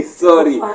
sorry